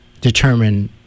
determine